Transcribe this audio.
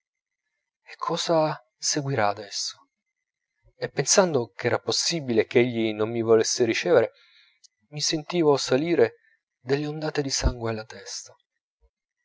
e cosa seguirà adesso e pensando ch'era possibile ch'egli non mi volesse ricevere mi sentivo salire delle ondate di sangue alla testa